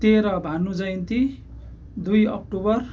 तेह्र भानु जयन्ती दुई अक्टोबर